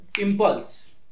Impulse